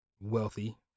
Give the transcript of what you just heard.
wealthy